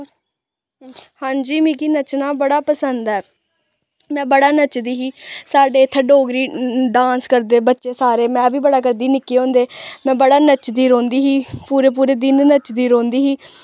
हां जी मिकी नच्चना बढ़ा पसंद ऐ मैं बड़ा नच्चदी ही साढ़े इत्थें डोगरी डांस करदे बच्चे सारे मैं बी बड़ा करदी निक्के होंदे मैं बड़ा नच्चदी रौंह्दी ही पूरे पूरे दिन नच्चदी रौंह्दी ही